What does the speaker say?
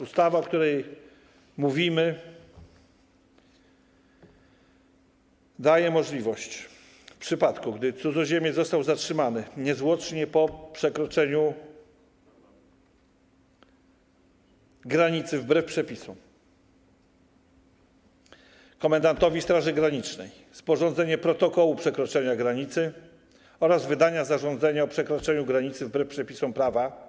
Ustawa, o której mówimy, w przypadku gdy cudzoziemiec został zatrzymany niezwłocznie po przekroczeniu granicy wbrew przepisom, daje możliwość komendantowi Straży Granicznej sporządzenia protokołu przekroczenia granicy oraz wydania zarządzenia o przekroczeniu granicy wbrew przepisom prawa.